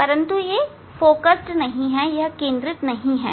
परंतु यह केंद्रित नहीं है